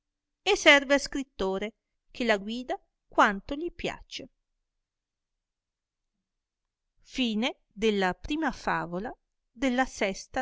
e serve al scrittore che la guida quanto gli piace finita la